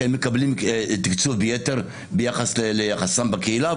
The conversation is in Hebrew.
שהם מקבלים תקצוב יתר ביחס ליחסם בקהילה.